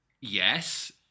yes